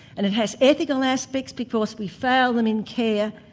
and it has ethical aspects because we fail them in care,